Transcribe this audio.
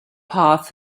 path